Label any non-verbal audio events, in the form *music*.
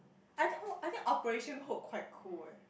I think *noise* I think Operation Hope quite cool eh